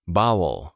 Bowel